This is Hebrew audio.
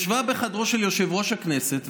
ישבה בחדרו של יושב-ראש הכנסת,